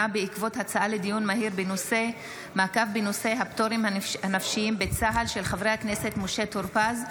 בעקבות דיון מהיר בהצעתם של חברי הכנסת משה טור פז,